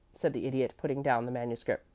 said the idiot, putting down the manuscript.